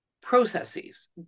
processes